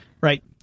Right